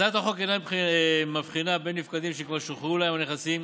הצעת החוק אינה מבחינה בין נפקדים שכבר שוחררו להם הנכסים